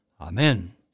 Amen